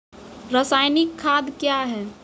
रसायनिक खाद कया हैं?